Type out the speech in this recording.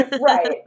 Right